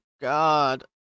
God